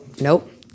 nope